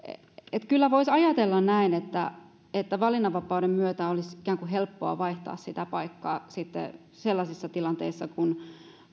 että kyllä voisi ajatella niin että valinnanvapauden myötä olisi ikään kuin helppoa vaihtaa sitä paikkaa sitten sellaisissa tilanteissa kun